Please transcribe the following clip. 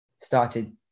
started